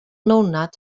nounat